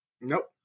nope